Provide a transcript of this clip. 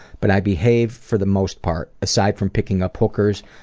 but i behave for the most part. aside from picking up hookers,